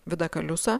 vida kaliuca